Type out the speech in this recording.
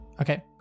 Okay